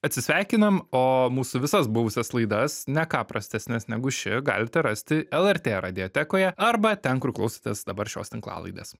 atsisveikinam o mūsų visas buvusias laidas ne ką prastesnės negu ši galite rasti lrt radijotekoje arba ten kur klausotės dabar šios tinklalaidės